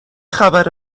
خبر